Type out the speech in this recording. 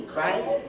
right